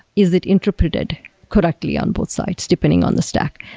is it interpreted correctly on both sides depending on the stack?